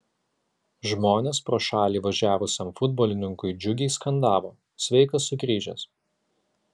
žmonės pro šalį važiavusiam futbolininkui džiugiai skandavo sveikas sugrįžęs